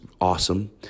awesome